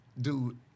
Dude